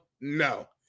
no